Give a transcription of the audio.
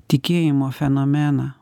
tikėjimo fenomeną